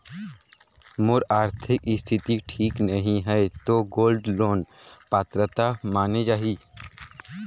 मोर आरथिक स्थिति ठीक नहीं है तो गोल्ड लोन पात्रता माने जाहि?